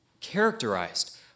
characterized